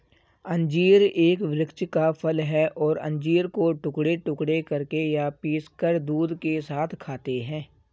अंजीर एक वृक्ष का फल है और अंजीर को टुकड़े टुकड़े करके या पीसकर दूध के साथ खाते हैं